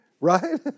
right